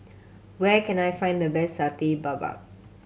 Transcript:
where can I find the best Satay Babat